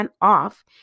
off